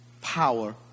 Power